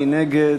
מי נגד?